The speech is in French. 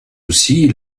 aussi